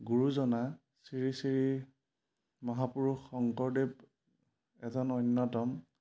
গুৰুজনা শ্ৰী শ্ৰী মহাপুৰুষ শংকৰদেৱ এজন অন্যতম